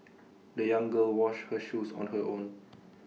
the young girl washed her shoes on her own